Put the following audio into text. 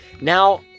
Now